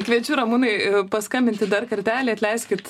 kviečiu ramūnai paskambinti dar kartelį atleiskit